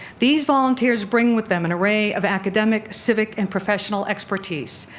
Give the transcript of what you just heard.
these volunteers bring with them an array of academic, civic, and professional expertise.